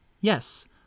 Yes